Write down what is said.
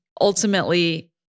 ultimately